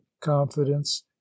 confidence